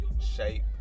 shape